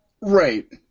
Right